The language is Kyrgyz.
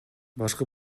башкы